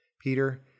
peter